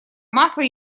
масло